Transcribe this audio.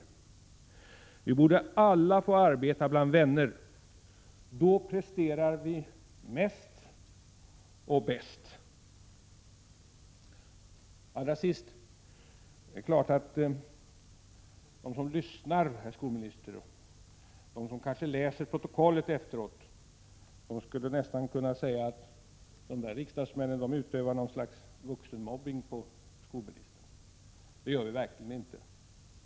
Vi borde alla få arbeta bland vänner. Då presterar vi mest och bäst. Allra sist: Det är klart att de som lyssnar, herr skolminister, och de som läser protokollet efteråt nästan skulle kunna säga att riksdagsmännen utövar något slags vuxenmobbning mot skolministern. Det gör vi verkligen inte.